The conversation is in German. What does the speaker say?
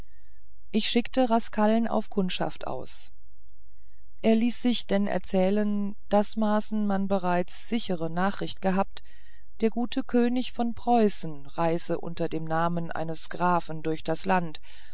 ich schickte rascaln auf kundschaft aus er ließ sich denn erzählen wasmaßen man bereits sichere nachrichten gehabt der gute könig von preußen reise unter dem namen eines grafen durch das land